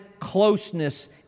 closeness